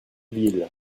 ville